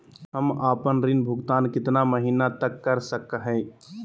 हम आपन ऋण भुगतान कितना महीना तक कर सक ही?